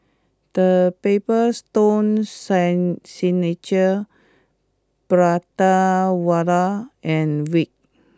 the Paper Stone San Signature Prata Wala and Veet